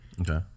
Okay